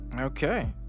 Okay